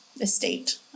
estate